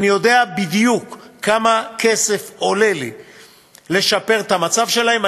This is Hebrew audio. אני יודע בדיוק כמה כסף עולה לי לשפר את המצב שלהם,